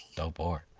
dope board.